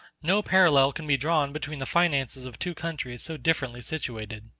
no parallel can be drawn between the finances of two countries so differently situated.